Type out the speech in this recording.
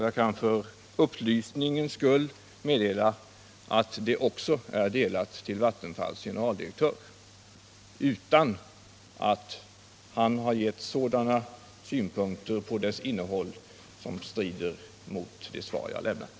Jag kan för upplysnings skull meddela att det också har tillställts Vattenfalls generaldirektör, utan att han givit några synpunkter på dess innehåll som strider mot det svar jag lämnat.